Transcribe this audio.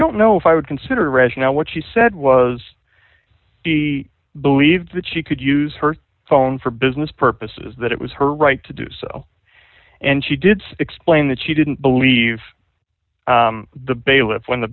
don't know if i would consider rationale what she said was she believes that she could use her phone for business purposes that it was her right to do so and she did explain that she didn't believe the bailiff when the